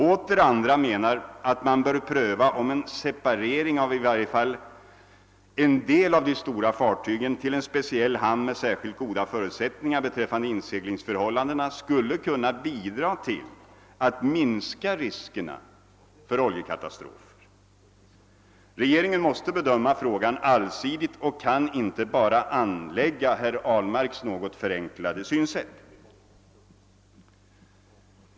Åter andra menar att man bör pröva, om en separering av i varje fall en del av de stora fartygen till en speciell hamn med särskilt goda förutsättningar beträffande inseglingsförhållandena skulle kunna bidra till alt minska riskerna för oljekatastrofer. Regeringen måste bedöma frågan allsidigt och kan inte bara anlägga herr Ahlmarks något förenklade synsätt.